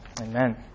Amen